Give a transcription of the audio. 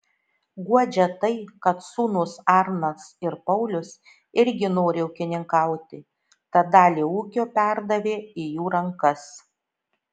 guodžia tai kad sūnūs arnas ir paulius irgi nori ūkininkauti tad dalį ūkio perdavė į jų rankas